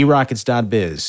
ERockets.biz